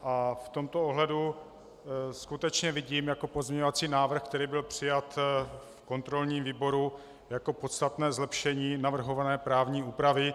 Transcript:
V tomto ohledu skutečně vidím pozměňovací návrh, který byl přijat v kontrolním výboru, jako podstatné zlepšení navrhované právní úpravy.